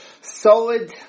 solid